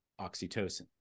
oxytocin